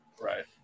Right